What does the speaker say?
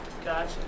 Gotcha